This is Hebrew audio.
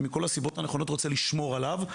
ומכל הסיבות הנכונות רוצה לשמור עליו.